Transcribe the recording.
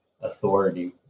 authority